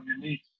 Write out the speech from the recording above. unique